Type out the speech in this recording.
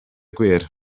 gwir